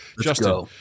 Justin